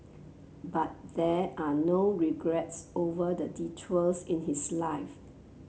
but there are no regrets over the detours in his life